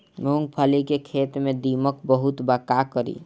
मूंगफली के खेत में दीमक बहुत बा का करी?